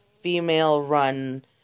female-run